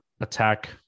attack